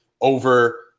over